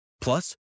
Plus